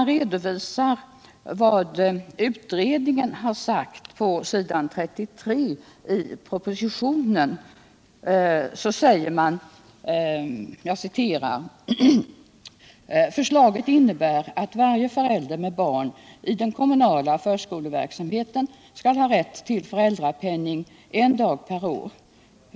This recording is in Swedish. I propositionen på s. 33 redovisas vad utredningen skrivit och det heter bl.a.: ”Förslaget innebär att varje förälder med barn i den kommunala förskoleverksamheten skall ha rätt till föräldrapenning en dag per år.